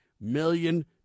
million